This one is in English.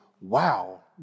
Wow